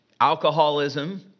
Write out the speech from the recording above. alcoholism